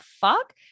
fuck